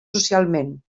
socialment